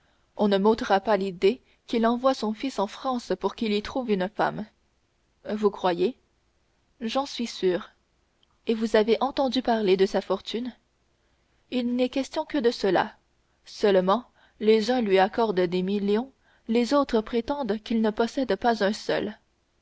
on ne m'ôtera pas de l'idée qu'il envoie son fils en france pour qu'il y trouve une femme vous croyez j'en suis sûr et vous avez entendu parler de sa fortune il n'est question que de cela seulement les uns lui accordent des millions les autres prétendent qu'il ne possède pas un paul